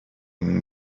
mean